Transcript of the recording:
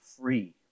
free